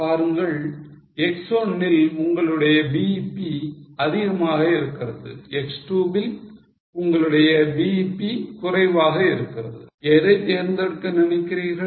பாருங்கள் X1 ல் உங்களுடைய BEP அதிகமாக இருக்கிறது X2 வில் உங்களுடைய BEP குறைவாக இருக்கிறது எதை தேர்ந்தெடுக்க நினைக்கிறீர்கள்